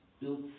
built